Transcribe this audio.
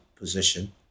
position